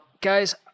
guys